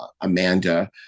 Amanda